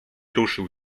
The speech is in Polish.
ruszył